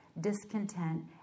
discontent